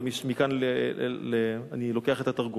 ומכאן אני לוקח את התרגום.